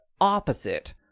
opposite